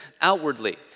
outwardly